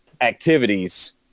activities